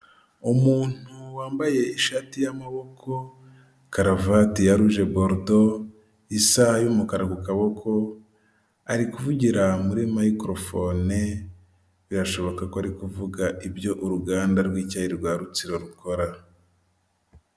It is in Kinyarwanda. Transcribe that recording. Umuntu wambaye ishati y'amaboko karuvati ya rujeborodo isaha y'umukara ku kuboko ari kuvugira muri mayikorofone birashoboka ko ari kuvuga ibyo uruganda rw'icyayi rwa Rutsiro rukora.